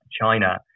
China